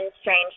strange